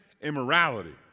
immorality